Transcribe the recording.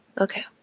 okay